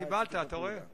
קיבלת, אתה רואה?